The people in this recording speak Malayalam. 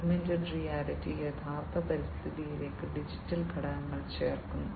ഓഗ്മെന്റഡ് റിയാലിറ്റി യഥാർത്ഥ പരിസ്ഥിതിയിലേക്ക് ഡിജിറ്റൽ ഘടകങ്ങൾ ചേർക്കുന്നു